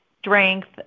strength